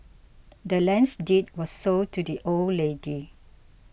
the land's deed was sold to the old lady